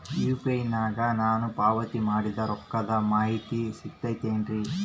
UPI ನಾಗ ನಾನು ಪಾವತಿ ಮಾಡಿದ ರೊಕ್ಕದ ಮಾಹಿತಿ ಸಿಗುತೈತೇನ್ರಿ?